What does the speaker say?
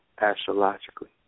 astrologically